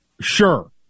sure